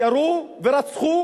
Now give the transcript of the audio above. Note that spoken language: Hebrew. באוקטובר 2000 ירו ורצחו,